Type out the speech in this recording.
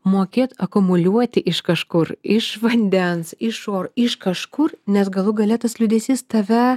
mokėt akumuliuoti iš kažkur iš vandens iš oro iš kažkur nes galų gale tas liūdesys tave